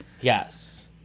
Yes